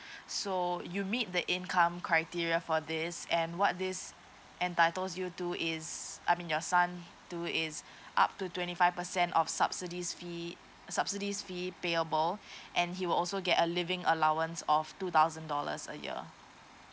so you meet the income criteria for this and what this entitles you to is I mean your son to is up to twenty five percent of subsidies fee subsidies fee payable and he will also get a living allowance of two thousand dollars a year